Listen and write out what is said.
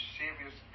serious